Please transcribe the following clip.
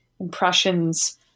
impressions